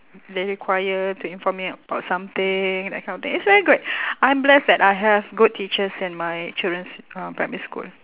they require to inform me about something that kind of thing it's very good I'm blessed that I have good teachers in my children's uh primary school